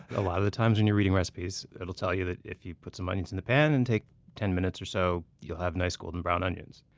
a lot of the times when you're reading recipes, they'll tell you that if you put onions in the pan and take ten minutes or so, you'll have nice golden brown onions.